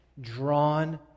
drawn